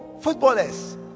footballers